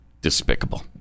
Despicable